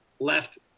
left